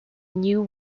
new